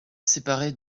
séparé